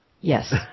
Yes